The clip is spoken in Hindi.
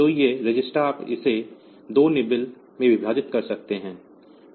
तो यह रजिस्टर आप इसे 2 निबल में विभाजित कर सकते हैं